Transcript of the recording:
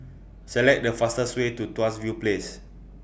Select The fastest Way to Tuas View Place